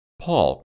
Paul